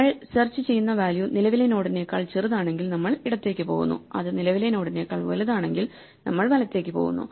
നമ്മൾ സെർച്ച് ചെയ്യുന്ന വാല്യൂ നിലവിലെ നോഡിനേക്കാൾ ചെറുതാണെങ്കിൽ നമ്മൾ ഇടത്തേക്ക് പോകുന്നു അത് നിലവിലെ നോഡിനേക്കാൾ വലുതാണെങ്കിൽ നമ്മൾ വലത്തേക്ക് പോകുന്നു